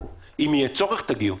אם יהיה צורך תגיעו.